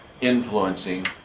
influencing